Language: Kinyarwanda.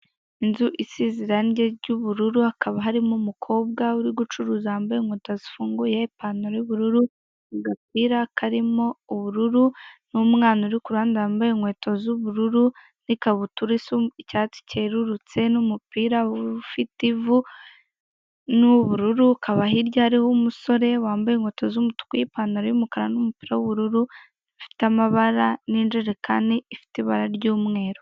Inzu isize irange ry'unururu hakaba harimo umukobwa uri gucuruza wambaye inkweto zifunguye, ipantalo y'umukara, agapira karimo ubururu n'umwana uri ku ruhande wambaye inketo z'ubururu n'ikabutura icyatsi cyerurutse n'umupira ufite ivu n'ubururu hakaba hirya hari umusore wambaye inkweto z'umutuku ipantalo y'umukara n'umupira w'ubururu ufite amabara n'injerekani ifite ibara ry'umweru.